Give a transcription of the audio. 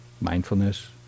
mindfulness